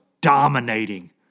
dominating